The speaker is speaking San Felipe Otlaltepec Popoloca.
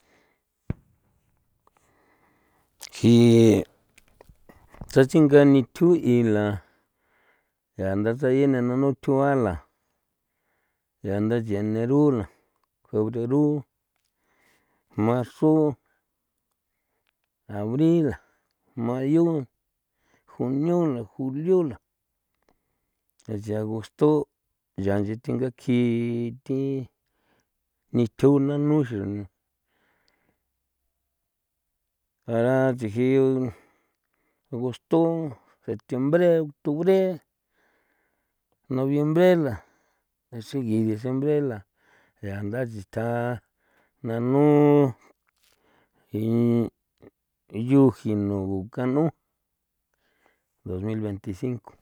kin tatsinga nithu i la ya ndataye na nu nunu thu a la ya ndathi eneru la febreru, marzu, abril la mayu, juniu la, julio la ya chi agosto' ya nchi thinga kji thi nithju nanu xu ara tsi jiun agosto, septiembre, octubre, noviembre la xigi diciembre la ya ndaditja nanu yu jino go kanu dos mil veinticinco.